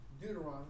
Deuteronomy